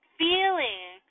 feeling